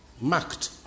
Marked